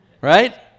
Right